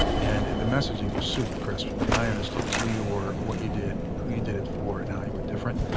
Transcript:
and the messaging was super crisp. i mean i understand who you were, what you did, who you did it for and how you were different,